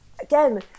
again